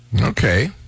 Okay